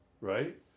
right